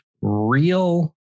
real